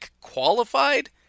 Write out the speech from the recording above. qualified